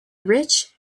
rich